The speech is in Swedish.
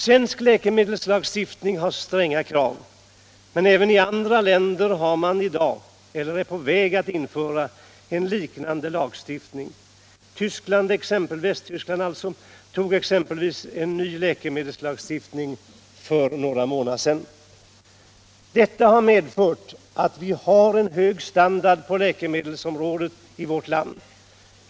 Svensk läkemedelslagstiftning har stränga krav. Men även i andra länder har man i dag, eller är på väg att införa, en liknande lagstiftning. Västtyskland exempelvis tog en ny läkemedelslagstiftning för några månader sedan. Detta har medfört att vi har en hög standard på läkemedelsområdet i vårt land.